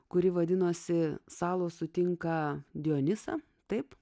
kuri vadinosi salos sutinka dionizą taip